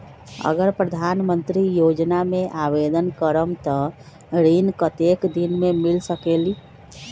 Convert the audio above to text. अगर प्रधानमंत्री योजना में आवेदन करम त ऋण कतेक दिन मे मिल सकेली?